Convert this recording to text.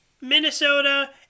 Minnesota